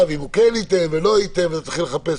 ומה אם הוא יטעה או לא יטעה, ונתחיל לחפש?